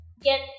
get